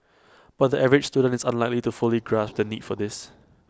but the average student is unlikely to fully grasp the need for this